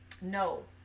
no